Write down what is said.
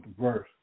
verse